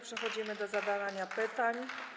Przechodzimy do zadawania pytań.